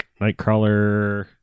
Nightcrawler